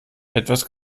etwas